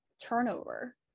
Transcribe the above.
turnover